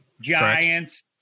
Giants